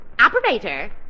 Operator